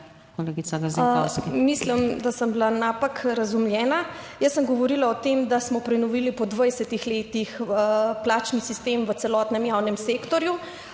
Mislim, da sem bila napak razumljena. Jaz sem govorila o tem, da smo prenovili po 20 letih plačni sistem v celotnem javnem sektorju.